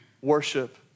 worship